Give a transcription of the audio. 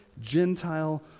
Gentile